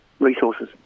resources